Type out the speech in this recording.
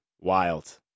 wild